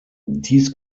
dies